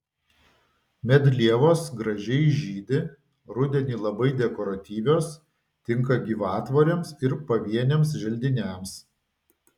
medlievos gražiai žydi rudenį labai dekoratyvios tinka gyvatvorėms ir pavieniams želdiniams